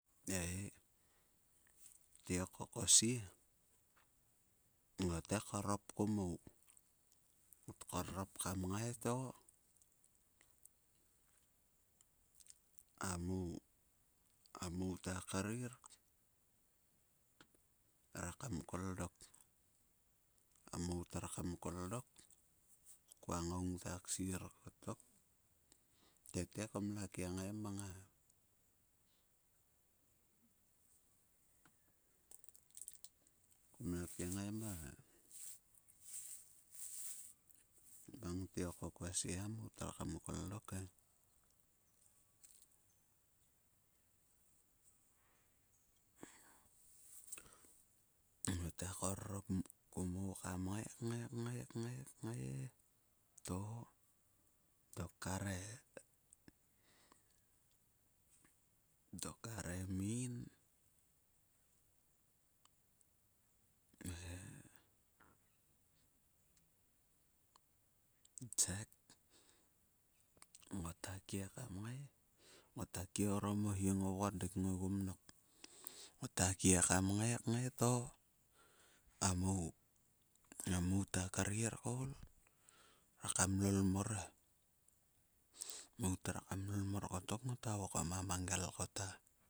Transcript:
Ei tiok ko ku sie, ngate korop ku mou. Ngat korop kam ngai to. A mou, a mou ta krir to re kam kol dok. A mou tre kam kol dok kua ngoung to ksir kottok. Tete kum la kiengai kinegei ma. Mang tiok ko kua sie he mou tre kam kol dok e ngaote korrop ku mou kat kam ngai, kngai, ngai to dok kare. Dok kar e meim e jek ngota kie kam ngai. Ngata kie orom o hi ngo ngondik ogu mnok. Ngoto kie kam ngai kngai to a mou top krir klol mor he. Ta lol mor lottok ko ngota vokom a mangel.